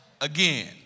again